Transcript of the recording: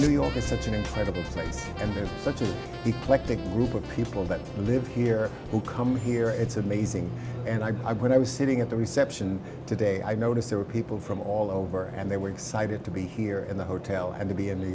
eclectic group of people that live here who come here it's amazing and i i when i was sitting at the reception today i noticed there were people from all over and they were excited to be here in the hotel and to be in new